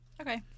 Okay